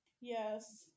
Yes